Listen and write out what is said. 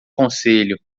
conselho